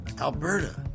alberta